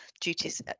duties